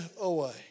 away